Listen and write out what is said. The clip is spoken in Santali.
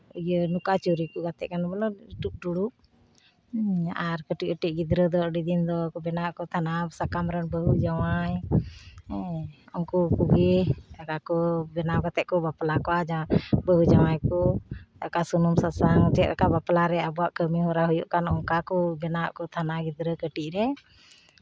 ᱤᱭᱟᱹ ᱱᱚᱝᱠᱟ ᱪᱳᱨᱤ ᱠᱚ ᱜᱟᱛᱮ ᱠᱟᱱ ᱵᱚᱞᱮ ᱴᱩᱜ ᱴᱩᱲᱩᱜ ᱟᱨ ᱠᱟᱹᱴᱤᱡ ᱠᱟᱹᱴᱤᱡ ᱜᱤᱫᱽᱨᱟᱹᱫᱚ ᱟᱹᱰᱤ ᱫᱤᱱ ᱫᱚ ᱵᱮᱱᱟᱣᱮᱫ ᱛᱟᱦᱮᱱᱟ ᱥᱟᱠᱟᱢ ᱨᱮᱱ ᱵᱟᱹᱦᱩ ᱡᱟᱶᱟᱭ ᱦᱮᱸ ᱩᱱᱠᱩ ᱠᱚᱜᱮ ᱚᱠᱟ ᱠᱚ ᱵᱮᱱᱟᱣ ᱠᱟᱛᱮ ᱠᱚ ᱵᱟᱯᱞᱟ ᱠᱚᱣᱟ ᱡᱟᱦᱟᱸ ᱵᱟᱹᱦᱩ ᱡᱟᱶᱟᱭ ᱠᱚ ᱚᱠᱟ ᱥᱩᱱᱩᱢ ᱥᱟᱥᱟᱝ ᱪᱮᱫ ᱞᱮᱠᱟ ᱵᱟᱯᱞᱟ ᱨᱮ ᱟᱵᱚᱣᱟᱜ ᱠᱟᱹᱢᱤᱦᱚᱨᱟ ᱦᱩᱭᱩᱜ ᱟᱱ ᱚᱱᱠᱟ ᱠᱚ ᱵᱮᱱᱟᱣᱮᱫ ᱠᱚ ᱛᱟᱦᱮᱱᱟ ᱜᱤᱫᱽᱨᱟᱹ ᱠᱟᱹᱴᱤᱡ ᱨᱮ